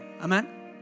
Amen